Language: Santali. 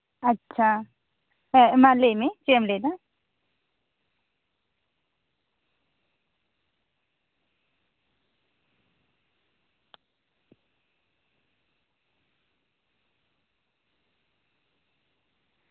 ᱟᱪᱪᱷᱟ ᱦᱮᱸ ᱢᱟ ᱞᱟᱹᱭ ᱢᱮ ᱪᱮᱫ ᱮᱢ ᱞᱟᱹᱭᱮᱫᱟ